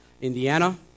Indiana